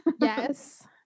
yes